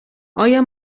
آیا